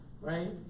Right